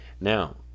Now